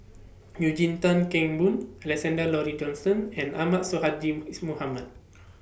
Eugene Tan Kheng Boon Alexander Laurie Johnston and Ahmad Sonhadji IS Mohamad